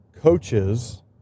coaches